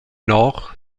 nord